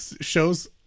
Shows